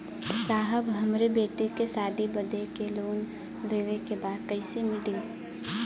साहब हमरे बेटी के शादी बदे के लोन लेवे के बा कइसे मिलि?